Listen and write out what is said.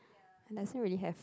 doesn't really have